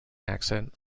accent